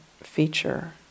feature